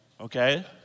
okay